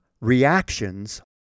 reactions